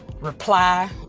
reply